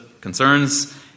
concerns